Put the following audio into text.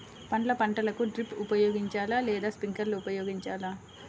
పండ్ల పంటలకు డ్రిప్ ఉపయోగించాలా లేదా స్ప్రింక్లర్ ఉపయోగించాలా?